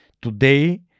today